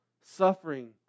suffering